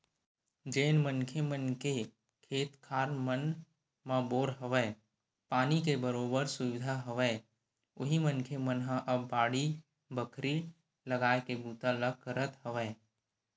जेन मनखे मन के खेत खार मन म बोर हवय, पानी के बरोबर सुबिधा हवय उही मनखे मन ह अब बाड़ी बखरी लगाए के बूता ल करत हवय